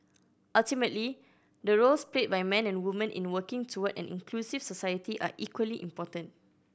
ultimately the roles played by men and woman in working toward an inclusive society are equally important